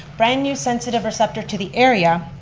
brand new sensitive receptor to the area,